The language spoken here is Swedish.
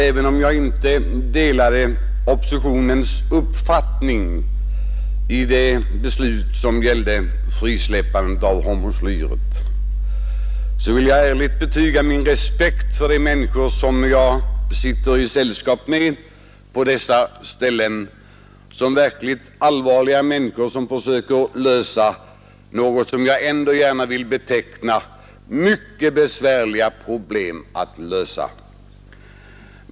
Även om jag inte delade majoritetens uppfattning om det beslut som gällde frisläppandet av hormoslyret, vill jag ärligt betyga min respekt för de människor som jag har sällskap med i nämnden — de verkligt allvarliga människor som försöker lösa vad jag vill beteckna som mycket besvärliga problem.